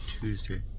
Tuesday